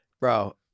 bro